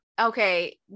okay